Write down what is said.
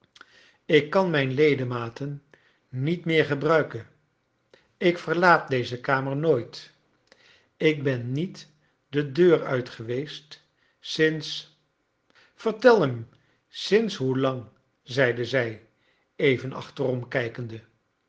ik kan mijn ledercaten niet ineer gebruiken ik verlaat deze kamer nooit ik ben niet de deur uit geweest sinds vertel hem sinds hoelang zeide zij even aobterom kijkende